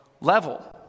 level